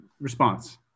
response